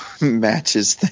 matches